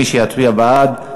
מי שיצביע בעד,